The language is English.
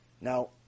now